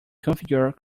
configure